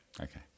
Okay